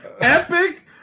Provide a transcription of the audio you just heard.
Epic